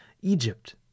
Egypt